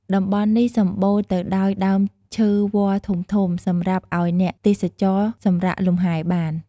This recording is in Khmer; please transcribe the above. តំបន់នេះសម្បូរទៅដោយដើមឈើវល្លិ៍ធំៗសម្រាប់ឱ្យអ្នកទេសចរសម្រាកលំហែបាន។